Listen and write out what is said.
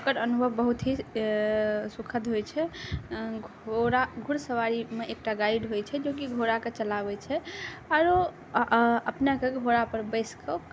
ओकर अनुभव बहुत ही सुखद होइ छै घोड़ा घोड़सवारीमे एकटा गाइड होइ छै जेकि घोड़ाके चलाबै छै आओर अपनेके घोड़ापर बैसिकऽ